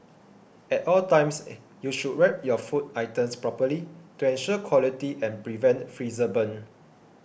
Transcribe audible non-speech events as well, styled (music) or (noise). at all times (hesitation) you should wrap your food items properly to ensure quality and prevent freezer burn